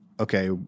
Okay